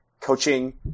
Coaching